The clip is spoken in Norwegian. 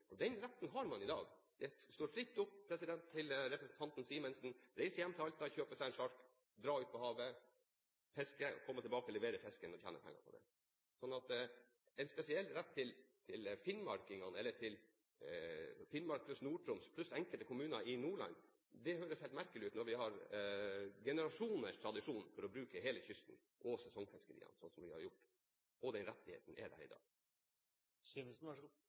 Den retten har man i dag. Det står representanten Simensen fritt til å reise hjem til Alta og kjøpe seg en sjark, dra ut på havet, fiske, komme tilbake og levere fisken og tjene penger på det. Så en spesiell rett for Finnmark pluss Nord-Troms pluss enkelte kommuner i Nordland høres helt merkelig ut når vi har generasjoners tradisjon for å bruke hele kysten og sesongfiskeriene sånn som vi har gjort. Den rettigheten er der i dag. Så